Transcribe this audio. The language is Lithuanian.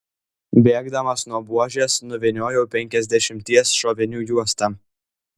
bėgdamas nuo buožės nuvyniojau penkiasdešimties šovinių juostą